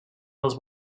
els